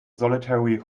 solitary